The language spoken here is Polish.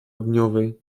ogniowej